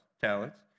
talents